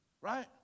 Right